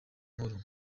nkuru